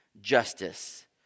justice